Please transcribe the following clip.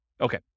Okay